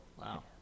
Wow